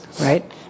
right